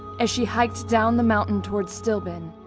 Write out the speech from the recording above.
as she hiked down the mountain towards stillben,